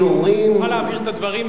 תוכל להבהיר את הדברים מהבמה.